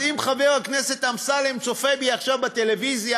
אז אם חבר הכנסת אמסלם צופה בי עכשיו בטלוויזיה,